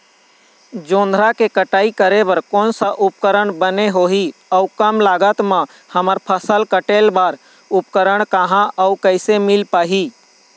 जोंधरा के कटाई करें बर कोन सा उपकरण बने होही अऊ कम लागत मा हमर फसल कटेल बार उपकरण कहा अउ कैसे मील पाही?